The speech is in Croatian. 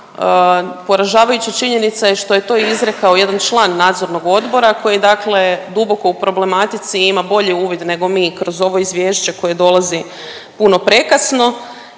Poražavajuća činjenica je što je to izrekao jedan član nadzornog odbora koji dakle duboko u problematici ima bolji uvid nego mi kroz ovo izvješće koje dolazi puno prekasno